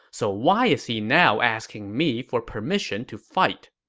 so why is he now asking me for permission to fight?